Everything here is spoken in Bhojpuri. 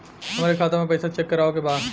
हमरे खाता मे पैसा चेक करवावे के बा?